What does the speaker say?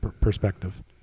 perspective